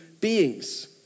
beings